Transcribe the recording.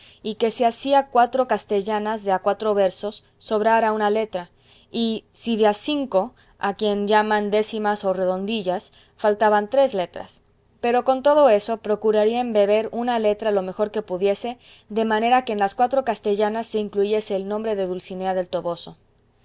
y que si hacía cuatro castellanas de a cuatro versos sobrara una letra y si de a cinco a quien llaman décimas o redondillas faltaban tres letras pero con todo eso procuraría embeber una letra lo mejor que pudiese de manera que en las cuatro castellanas se incluyese el nombre de dulcinea del toboso